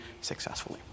successfully